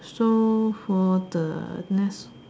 so for the next